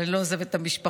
אבל אני לא עוזבת את המשפחה.